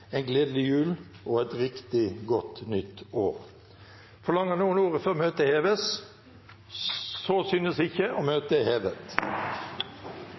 en gledelig jul og et riktig godt nytt år! Forlanger noen ordet før møtet heves? – Møtet er hevet.